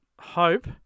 hope